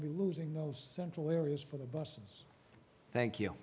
to be losing those central areas for the busses thank you